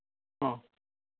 ᱦᱚᱸ